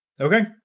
Okay